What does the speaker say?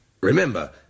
Remember